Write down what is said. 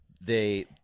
they-